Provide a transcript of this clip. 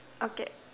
okay